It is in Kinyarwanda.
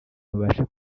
babashe